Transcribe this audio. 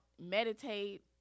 meditate